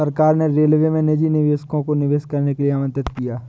सरकार ने रेलवे में निजी निवेशकों को निवेश करने के लिए आमंत्रित किया